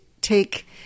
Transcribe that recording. take